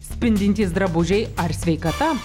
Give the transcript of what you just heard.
spindintys drabužiai ar sveikata